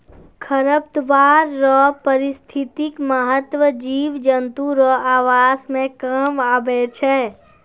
खरपतवार रो पारिस्थितिक महत्व जिव जन्तु रो आवास मे काम आबै छै